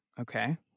okay